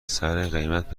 سرقیمت